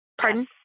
Pardon